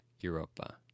Europa